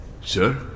Sir